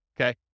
okay